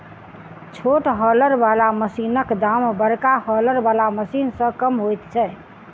छोट हौलर बला मशीनक दाम बड़का हौलर बला मशीन सॅ कम होइत छै